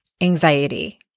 anxiety